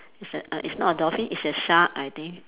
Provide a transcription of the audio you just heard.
it's a err it's not a dolphin it's a shark I think